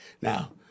Now